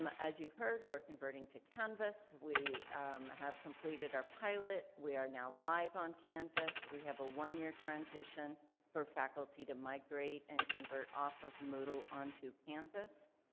um ah as you've heard, we're converting to canvas. we have completed our pilot. we are now live on canvas. we have a one year transition for faculty to migrate and convert off of moodle onto canvas.